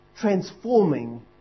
transforming